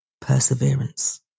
perseverance